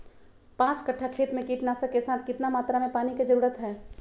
पांच कट्ठा खेत में कीटनाशक के साथ कितना मात्रा में पानी के जरूरत है?